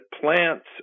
plants